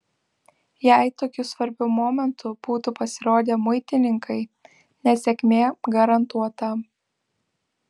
jei tokiu svarbiu momentu būtų pasirodę muitininkai nesėkmė garantuota